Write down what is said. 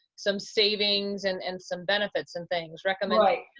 some savings and and some benefits and things. recommendations?